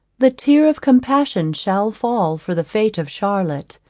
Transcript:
the tear of compassion shall fall for the fate of charlotte,